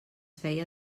feia